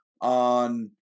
on